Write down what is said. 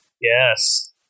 Yes